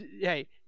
hey